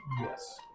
Yes